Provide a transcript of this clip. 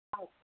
ಆಯ್ತು